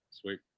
Sweet